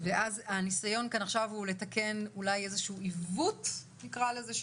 ואז הניסיון כאן עכשיו הוא לתקן אולי איזשהו עיוות שנוצר,